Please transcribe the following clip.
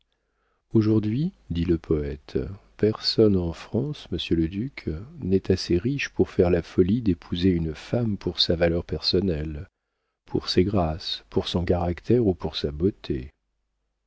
aujourd'hui dit le poëte personne en france monsieur le duc n'est assez riche pour faire la folie d'épouser une femme pour sa valeur personnelle pour ses grâces pour son caractère ou pour sa beauté